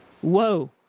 Whoa